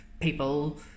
people